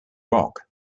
rock